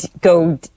go